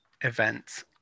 event